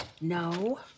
No